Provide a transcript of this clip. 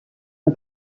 the